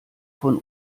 von